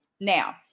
Now